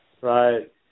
right